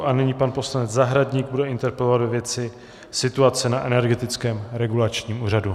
A nyní pan poslanec Zahradník bude interpelovat ve věci situace na Energetickém regulačním úřadu.